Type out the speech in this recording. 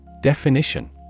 Definition